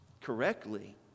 correctly